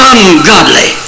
Ungodly